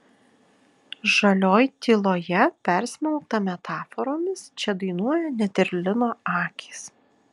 žalioj tyloje persmelkta metaforomis čia dainuoja net ir lino akys